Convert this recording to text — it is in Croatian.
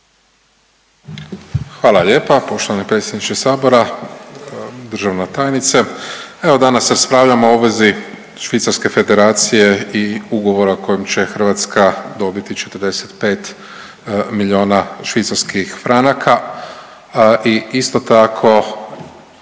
Hvala lijepa poštovani predsjedniče Sabora, državna tajnice. Evo danas raspravljamo o obvezi švicarske federacije i ugovora kojim će Hrvatska dobiti 45 milijuna švicarskih franaka i isto tako,